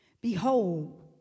Behold